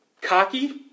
cocky